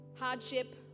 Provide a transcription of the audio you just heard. hardship